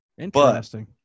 Interesting